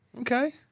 Okay